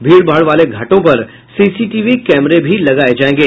भीड़ भाड़ वाले घाटों पर सीसीटीवी कैमरे भी लगाये जायेंगे